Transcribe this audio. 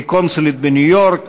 כקונסולית בניו-יורק,